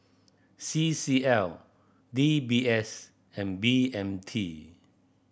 C C L D B S and B M T